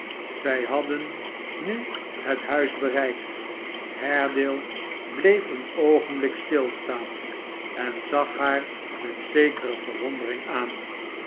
zij hadden nu het huis bereikt haredale bleef een oogenblik stilstaan en zag haar met zekere verwondering aan